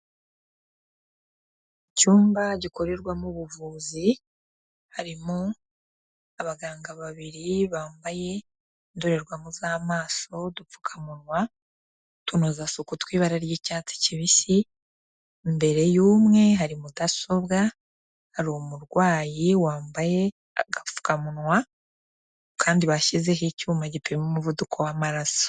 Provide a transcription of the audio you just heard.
Icyumba gikorerwamo ubuvuzi, harimo abaganga babiri bambaye indorerwamo z'amaso, udupfukamunwa, utunozasuku tw'ibara ry'icyatsi kibisi, imbere y'umwe hari mudasobwa, hari umurwayi wambaye agapfukamunwa kandi bashyizeho icyuma gipima umuvuduko w'amaraso.